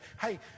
hey